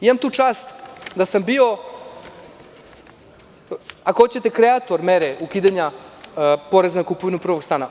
Imam tu čast da sam bio, ako hoćete kreator mere ukidanja poreza na kupovinu prvog stana.